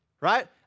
right